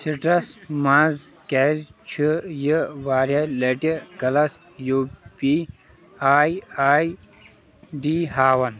سِٹرس منٛز کیٛازِ چھُ یہِ واریاہ لَٹہِ غلط U P I I D ہاوان؟